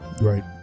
Right